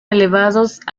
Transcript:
elevados